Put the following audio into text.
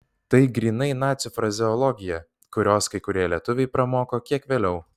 tai grynai nacių frazeologija kurios kai kurie lietuviai pramoko kiek vėliau